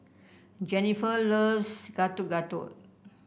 Jenifer loves Getuk Getuk